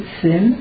sin